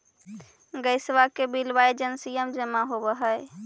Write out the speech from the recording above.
गैसवा के बिलवा एजेंसिया मे जमा होव है?